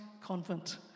Convent